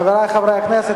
חברי חברי הכנסת,